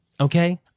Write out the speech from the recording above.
okay